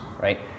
right